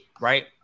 right